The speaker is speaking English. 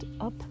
up